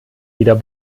wieder